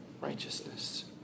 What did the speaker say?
righteousness